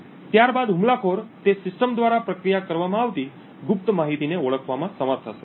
ત્યારબાદ હુમલાખોર તે સિસ્ટમ દ્વારા પ્રક્રિયા કરવામાં આવતી ગુપ્ત માહિતીને ઓળખવામાં સમર્થ હશે